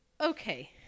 okay